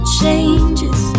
changes